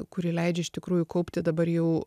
kuri leidžia iš tikrųjų kaupti dabar jau